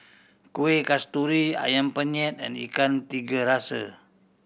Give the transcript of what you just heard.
Kueh Kasturi Ayam Penyet and Ikan Tiga Rasa